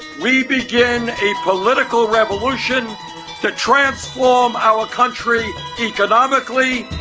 we begin a political revolution to transform our country economically,